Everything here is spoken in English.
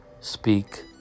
speak